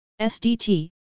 SDT